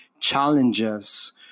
challenges